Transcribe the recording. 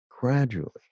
gradually